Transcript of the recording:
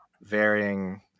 varying